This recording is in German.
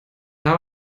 habe